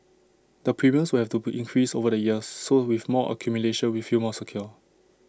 the premiums will have to increase over the years so with more accumulation we feel more secure